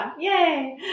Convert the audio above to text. Yay